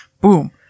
boom